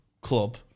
Club